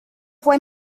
fue